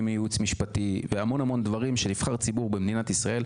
ייעוץ משפטי והמון המון דברים שנבחר ציבור במדינת ישראל,